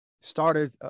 started